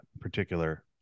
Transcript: particular